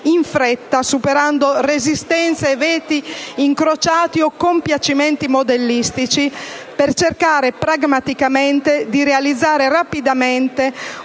in fretta, superando resistenze e veti incrociati o compiacimenti modellistici, per cercare, pragmaticamente, di realizzare rapidamente